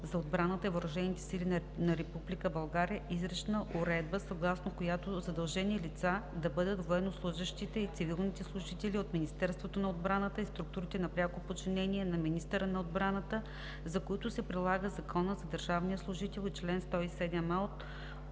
за отбраната и въоръжените сили на Република България изрична уредба, съгласно която задължени лица да бъдат военнослужещите и цивилните служители от Министерството на отбраната и структурите на пряко подчинение на министъра на отбраната, за които се прилагат Законът за държавния служител и чл. 107а от